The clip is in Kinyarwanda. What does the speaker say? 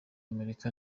amerika